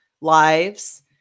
lives